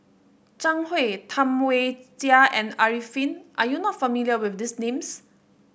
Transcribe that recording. Zhang Hui Tam Wai Jia and Arifin are you not familiar with these names